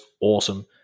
awesome